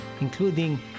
including